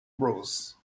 bros